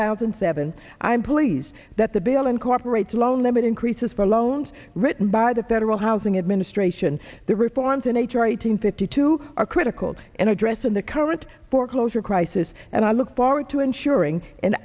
thousand and seven i'm pleased that the bill incorporates loan limit increases for loans written by the federal housing administration the reforms in h r eight hundred fifty two are critical in addressing the current foreclosure crisis and i look forward to ensuring an